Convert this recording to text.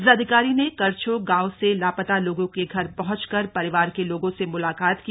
जिलाधिकारी ने करछौं गांव से लापता लोगों के घर पहंचकर परिवार के लोगों से मुलाकात की